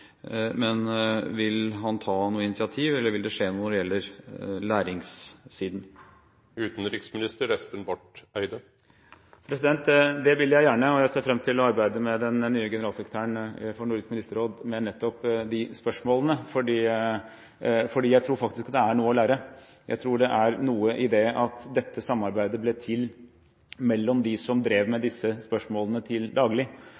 Vil han ta noe initiativ, eller vil det skje noe når det gjelder læringssiden? Det vil jeg gjerne, og jeg ser fram til å arbeide med den nye generalsekretæren for Nordisk ministerråd om nettopp de spørsmålene, fordi jeg tror faktisk det er noe å lære. Jeg tror det er noe i det at dette samarbeidet ble til mellom dem som drev med disse spørsmålene til daglig,